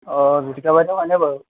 অঁ জ্যোতিকা বাইদেউ হয়নে বাৰু